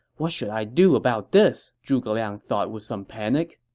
what should i do about this? zhuge liang thought with some panic.